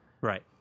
Right